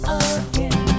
again